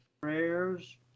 prayers